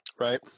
right